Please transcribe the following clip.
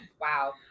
wow